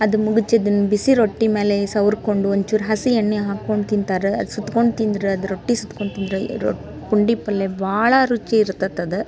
ಅದು ಮುಗುಚಿದನ್ ಬಿಸಿ ರೊಟ್ಟಿ ಮೇಲೆ ಸವರ್ಕೊಂಡು ಒಂಚೂರು ಹಸಿ ಎಣ್ಣೆ ಹಾಕ್ಕೊಂಡು ತಿಂತಾರೆ ಅದು ಸುತ್ಕೊಂಡು ತಿಂದ್ರೆ ಅದು ರೊಟ್ಟಿ ಸುತ್ಕೊಂಡು ತಿಂದ್ರೆ ರೊಟ್ಟಿ ಪುಂಡಿ ಪಲ್ಲೆ ಭಾಳ ರುಚಿ ಇರ್ತತದು